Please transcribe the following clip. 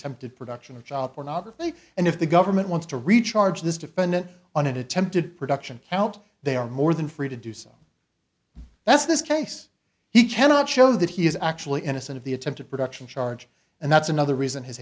attempted production of child pornography and if the government wants to recharge this defendant on attempted production out they are more than free to do so that's this case he cannot show that he is actually innocent of the attempted production charge and that's another reason his